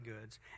goods